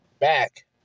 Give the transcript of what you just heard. back